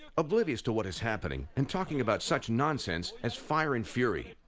oblivious to what is happening and talking about such nonsense as fire and fury.